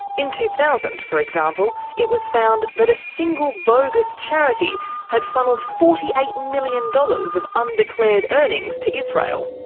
in two thousand, for example, it was found that a single bogus charity had funnelled forty eight million dollars of undeclared earnings to israel.